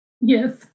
yes